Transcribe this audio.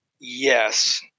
yes